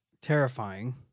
terrifying